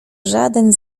żaden